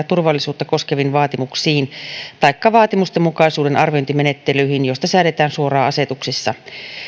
turvallisuutta koskeviin vaatimuksiin taikka vaatimustenmukaisuuden arviointimenettelyihin joista säädetään suoraan asetuksissa